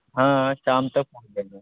شام تک پہنچ جائیں گے